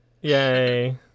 Yay